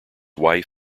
wife